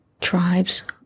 tribes